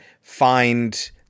find